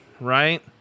right